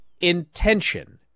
intention